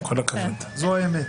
זו האמת.